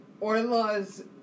Orla's